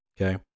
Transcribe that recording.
Okay